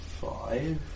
five